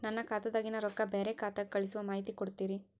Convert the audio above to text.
ನನ್ನ ಖಾತಾದಾಗಿನ ರೊಕ್ಕ ಬ್ಯಾರೆ ಖಾತಾಕ್ಕ ಕಳಿಸು ಮಾಹಿತಿ ಕೊಡತೇರಿ?